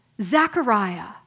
Zechariah